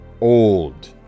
Old